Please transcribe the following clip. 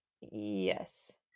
Yes